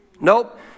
Nope